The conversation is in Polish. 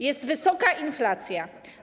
Jest wysoka inflacja.